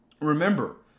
remember